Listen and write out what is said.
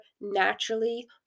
naturally